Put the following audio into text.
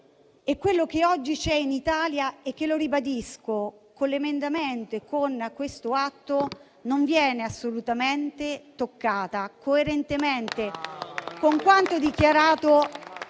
quello che oggi c'è in Italia e che - lo ribadisco - con l'emendamento e con questo atto non viene assolutamente toccato. Coerentemente con quanto dichiarato,